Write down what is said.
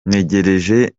ntegereje